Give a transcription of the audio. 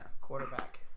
Quarterback